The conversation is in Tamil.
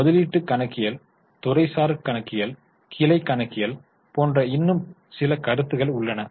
முதலீட்டு கணக்கியல் துறைசார் கணக்கியல் கிளை கணக்கியல் போன்ற இன்னும் சில கருத்துக்கள் உள்ளன